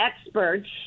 experts